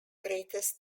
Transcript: greatest